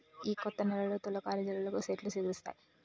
ఈ కొత్త నెలలో తొలకరి జల్లులకి సెట్లు సిగురిస్తాయి